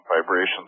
vibrations